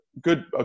good